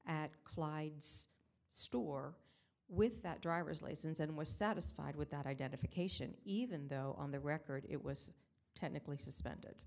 clyde's store with that driver's license and was satisfied with that identification even though on the record it was technically suspended